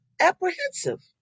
apprehensive